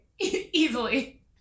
Easily